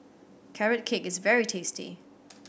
Carrot Cake is very tasty